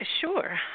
Sure